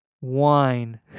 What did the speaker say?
wine